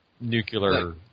nuclear –